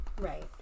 right